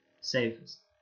safest